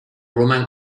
roman